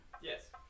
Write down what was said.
Yes